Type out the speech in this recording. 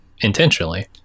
intentionally